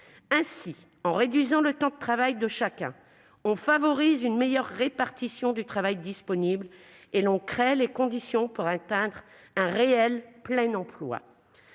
En réduisant le temps de travail de chacun, on favorise une meilleure répartition du travail disponible et on crée les conditions permettant d'atteindre un réel plein emploi.